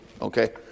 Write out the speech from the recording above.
Okay